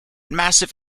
massive